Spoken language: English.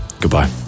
Goodbye